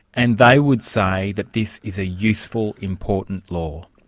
and they would say that this is a useful, important law.